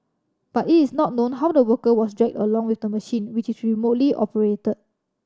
but it is not known how the worker was dragged along with the machine which is remotely operated